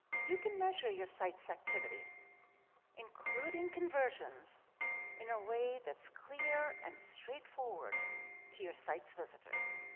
you can measure your site's activity including conversions in a way that's clear and straightforward to your site's visitors.